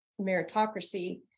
meritocracy